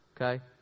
okay